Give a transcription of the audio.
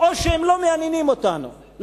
או שהם לא מעניינים אותנו,